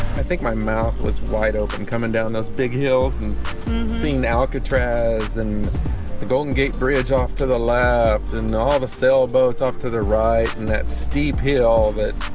i think my mouth was wide open coming down those big hills and seeing alcatraz and the golden gate bridge off to the left and all the sailboats off to the right and that steep hill but